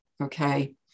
Okay